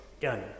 done